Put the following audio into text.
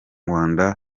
rwanda